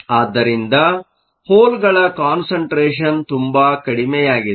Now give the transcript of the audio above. ಆದ್ದರಿಂದ ಹೋಲ್Holeಗಳ ಕಾನ್ಸಂಟ್ರೇಷನ್ ತುಂಬಾ ಕಡಿಮೆಯಾಗಿದೆ